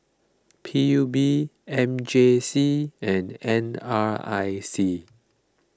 P U B M J C and N R I C